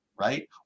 right